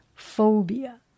Phobia